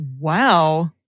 Wow